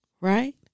right